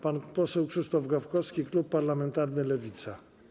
Pan poseł Krzysztof Gawkowski, klub parlamentarny Lewica.